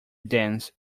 dense